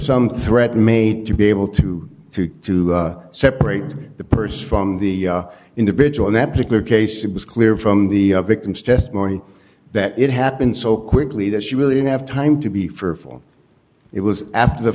some threat made to be able to to to separate the purse from the individual in that particular case it was clear from the victim's testimony that it happened so quickly that she really didn't have time to be for all it was after the